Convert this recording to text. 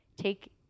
take